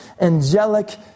angelic